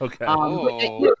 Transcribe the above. Okay